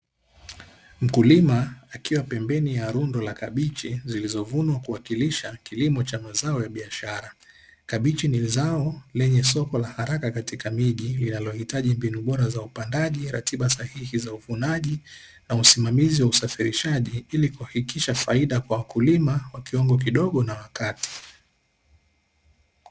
Mkulima akiwa pembeni ya rundo la kabichi zilizovunwa kuwakilisha kilimo cha mazao ya biashara. Kabichi ni zao lenye soko la haraka katika miji, linalohitaji mbinu bora za upandaji, ratiba sahihi za uvunaji, na usimamizi wa usafirishaji ili kuhakikisha faida kwa wakulima wa kiwango kidogo na wa kati.